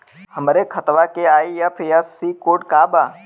हमरे खतवा के आई.एफ.एस.सी कोड का बा?